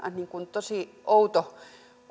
tosi outo